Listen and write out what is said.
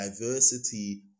diversity